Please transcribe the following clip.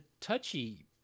touchy